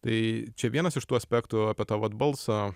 tai čia vienas iš tų aspektų apie tą vat balsą